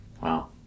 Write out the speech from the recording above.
Wow